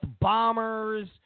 bombers